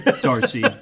Darcy